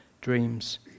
dreams